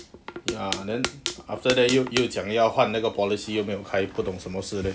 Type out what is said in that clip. ya then after that 有有讲要换那个 policy 有没有开不懂什么事 leh